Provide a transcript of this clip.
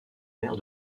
mère